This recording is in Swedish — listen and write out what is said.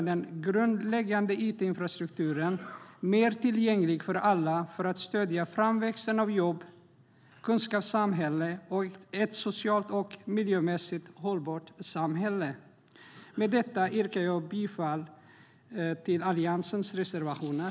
Den grundläggande it-infrastrukturen behöver göras mer tillgänglig för alla för att stödja framväxten av jobb, ett kunskapssamhälle och ett i övrigt socialt och miljömässigt hållbart samhälle. Med detta yrkar jag bifall till Alliansens reservationer.